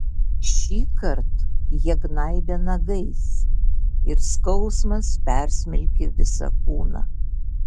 šįkart jie gnaibė nagais ir skausmas persmelkė visą kūną